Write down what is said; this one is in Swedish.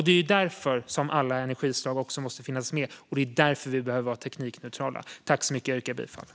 Det är därför som alla energislag måste finnas med, och det är därför vi behöver vara teknikneutrala. Jag yrkar bifall till förslaget i betänkandet.